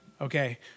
Okay